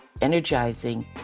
energizing